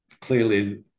clearly